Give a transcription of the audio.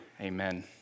amen